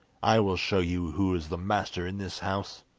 i will show you who is the master in this house